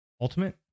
ultimate